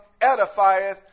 edifieth